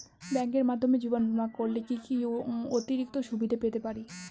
ব্যাংকের মাধ্যমে জীবন বীমা করলে কি কি অতিরিক্ত সুবিধে পেতে পারি?